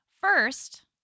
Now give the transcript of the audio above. First